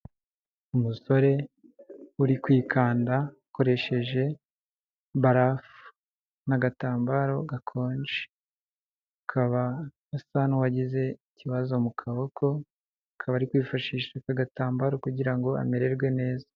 Umusore uri kwikanda akoresheje barafu n'agatambaro gakonje. Akaba asa n'uwagize ikibazo mu kaboko, akaba ari kwifashisha aka agatambaro kugira ngo amererwe neza.